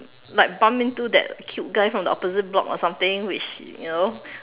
like bump into that cute guy from the opposite block or something which you know